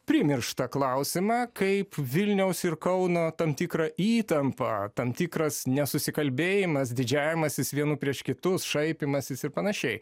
primirštą klausimą kaip vilniaus ir kauno tam tikrą įtampą tam tikras nesusikalbėjimas didžiavimasis vienų prieš kitus šaipymasis ir panašiai